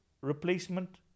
replacement